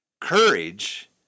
Courage